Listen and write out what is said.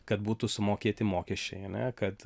kad būtų sumokėti mokesčiai ane kad